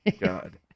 God